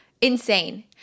Insane